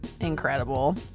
incredible